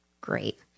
great